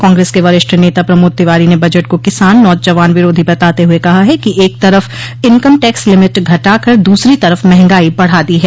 कांग्रेस के वरिष्ठ नेता प्रमोद तिवारी ने बजट को किसान नौजवान विरोधी बताते हुए कहा है कि एक तरफ इनकम टैक्स लिमिट घटा कर द्रसरी तरफ महंगाई बढ़ा दी है